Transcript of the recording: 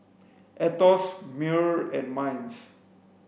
AETOS MEWR and MINDS